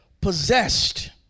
possessed